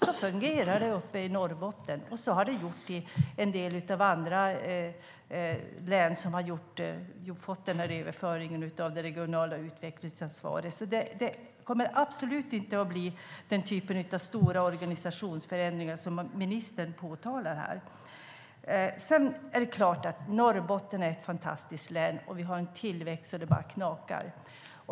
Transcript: Så fungerar det uppe i Norrbotten, och så har de gjort i en del andra län som har fått den här överföringen av det regionala utvecklingsansvaret. Det kommer absolut inte att bli stora organisationsförändringar av den typ som ministern talar om här. Det är klart att Norrbotten är ett fantastiskt län. Vi har tillväxt så det bara knakar.